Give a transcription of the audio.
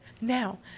now